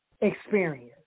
experience